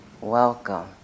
Welcome